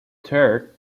third